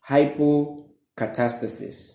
Hypocatastasis